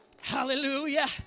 hallelujah